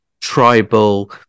tribal